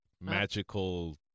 magical